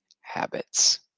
habits